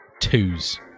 twos